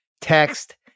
text